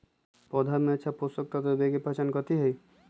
पौधा में अच्छा पोषक तत्व देवे के पहचान कथी हई?